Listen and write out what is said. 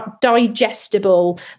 digestible